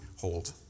hold